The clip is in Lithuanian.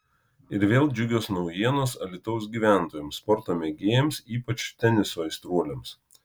ir vėl džiugios naujienos alytaus gyventojams sporto mėgėjams ypač teniso aistruoliams